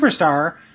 superstar